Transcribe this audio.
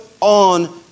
on